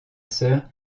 sœur